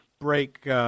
break